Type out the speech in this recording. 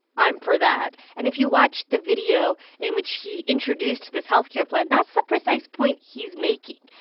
i'm for that and if you watched the video in which he introduced this health care plan, that's the precise point he's making.